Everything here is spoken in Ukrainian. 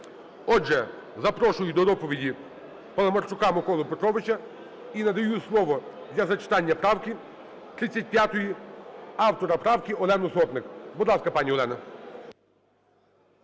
Отже, запрошую до доповіді Паламарчука Миколу Петровича. І надаю слово для зачитання правки 35-ї автору правки Олені Сотник. Будь ласка, пані Олена.